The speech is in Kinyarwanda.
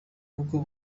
nk’uko